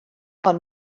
ond